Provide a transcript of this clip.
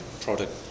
product